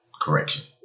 Correction